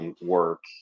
work